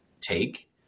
take